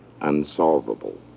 unsolvable